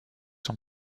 sont